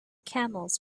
camels